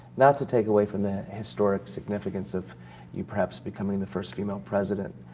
not to take away from the historic significance of you perhaps becoming the first female president,